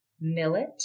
millet